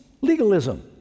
legalism